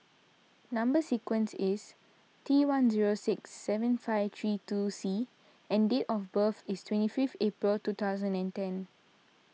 Number Sequence is T one zero six seven five three two C and date of birth is twenty fifth April two thousand and ten